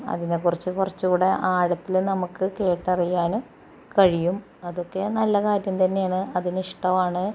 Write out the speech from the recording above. അതിനെക്കുറിച്ച് കുറച്ചുകൂടെ ആഴത്തിൽ നമുക്ക് കേട്ടറിയാനും കഴിയും അതൊക്കെ നല്ല കാര്യം തന്നെയാണ് അതിനിഷ്ടവും ആണ്